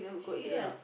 see ah